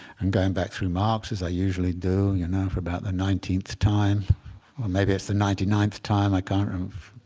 and going back through marx, as i usually do, you know for about the nineteenth time or maybe it's the ninety ninth time. i can't remember.